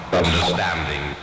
understanding